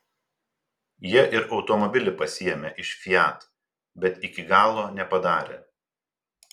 jie ir automobilį pasiėmė iš fiat bet iki galo nepadarė